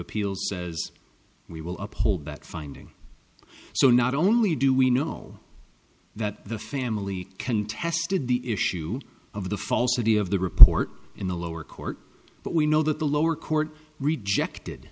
appeals says we will uphold that finding so not only do we know that the family contested the issue of the falsity of the report in the lower court but we know that the lower court rejected